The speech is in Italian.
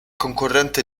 concorrente